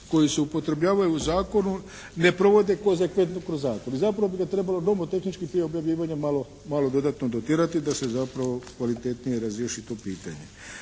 koji se upotrebljavaju u zakonu, ne provodi konzekventno kroz zakon i zapravo bi ga trebalo nomotehnički prije objavljivanja malo dodatno dotjerati da se zapravo kvalitetnije razriješi to pitanje.